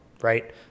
right